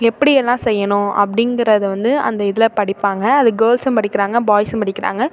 எப்டியெல்லாம் செய்யணும் அப்படிங்கிறத வந்து அந்த இதில் படிப்பாங்க அது கேர்ள்ஸும் படிக்கிறாங்க பாய்ஸும் படிக்கிறாங்க